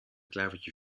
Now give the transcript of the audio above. klavertje